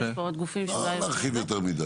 יש פה עוד גופים שאולי ירצו --- לא להרחיב יותר מדי.